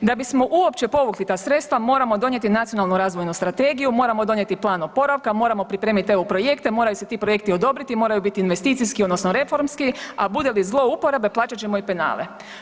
Da bismo uopće povukli ta sredstva moramo donijeti nacionalnu razvojnu strategiju, moramo donijeti plan oporavka, moramo pripremiti EU projekte, moraju se ti projekti odobriti, moraju biti investicijski odnosno reformski, a bude li zlouporabe plaćat ćemo i penale.